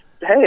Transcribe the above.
hey